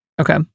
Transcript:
Okay